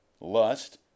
lust